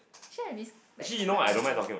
actually like this like quite a lot of thing